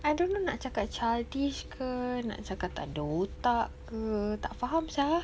I don't know nak cakap childish ke nak cakap tak ada otak ke tak faham sia